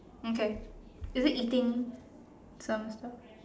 okay is it eating some stuff